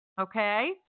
Okay